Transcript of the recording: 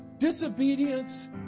disobedience